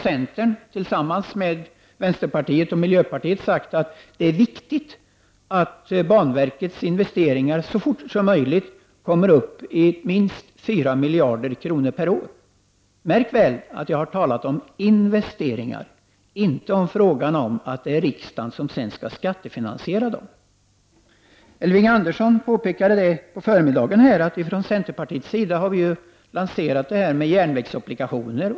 Centern har tillsammans med vänsterpartiet och miljöpartiet sagt att det är viktigt att banverkets investeringar så fort som möjligt kommer upp till minst 4 miljarder kronor per år. Märk väl att jag här har talat om investeringar; jag har inte sagt att det sedan är riksdagen som skall skattefinansiera dem. Elving Andersson påpekade här på förmiddagen att vi från centerpartiet har lanserat ett förslag om järnvägsobligationer.